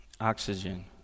oxygen